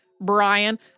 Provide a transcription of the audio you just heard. Brian